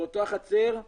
באותה חצר,